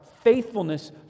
faithfulness